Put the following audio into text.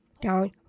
down